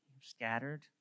Scattered